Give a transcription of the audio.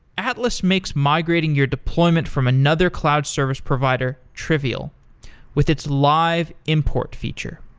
atlas makes migrating your deployment from another cloud service provider trivial with its live import feature